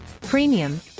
premium